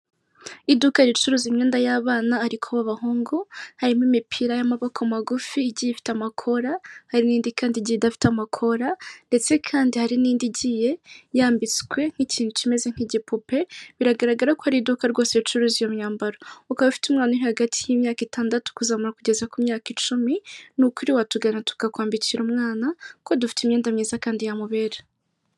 Iduka ricuruza imyenda y'abana ariko b'abahungu harimo imipira y'amaboko magufi igiye ifite amakora hari n'indi kandi igiye idafite amakora ndetse Kandi hari n'indi igiye yambitswe nk'ikintu kimeze nk'igipope biragaragara ko ari iduka rwose ricuruza iyo myambaro ukaba ufite umwana uri hagati y'imyaka itandatu kuzamura kugeza ku imyaka icumi. Nukuri watugana tukakwambikira umwana kuko dufite imyenda myiza Kandi yamubera.